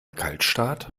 kaltstart